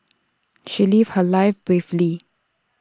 she lived her life bravely